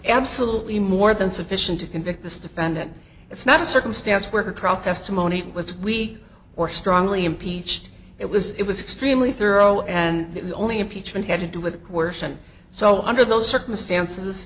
absolutely more than sufficient to convict this defendant it's not a circumstance where her truck testimony was we were strongly impeached it was it was extremely thorough and the only impeachment had to do with the coercion so under those circumstances